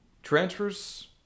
Transfers